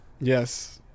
Yes